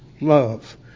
love